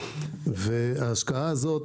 וההשקעה הזאת,